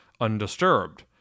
undisturbed